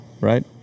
right